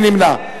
מי נמנע?